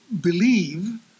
believe